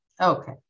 Okay